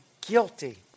guilty